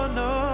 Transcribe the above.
no